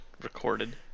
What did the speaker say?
recorded